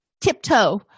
tiptoe